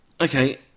okay